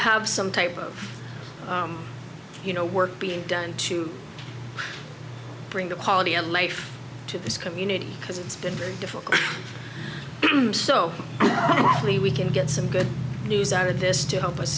have some type of you know work being done to bring the quality of life to this community because it's been very difficult so we can get some good news out of this to help